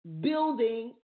building